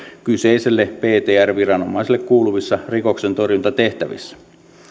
kyseiselle ptr viranomaiselle kuuluvissa rikoksentorjuntatehtävissä